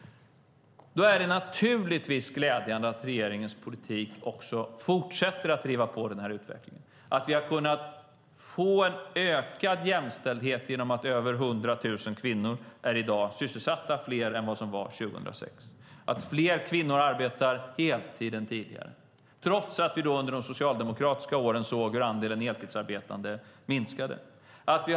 Då är det naturligtvis glädjande att regeringens politik fortsätter att driva på utvecklingen, att vi har kunnat få en ökad jämställdhet genom att över 100 000 kvinnor fler är sysselsatta i dag än 2006, att fler kvinnor arbetar heltid än tidigare, trots att vi under de socialdemokratiska åren såg hur andelen heltidsarbetande minskade.